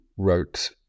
wrote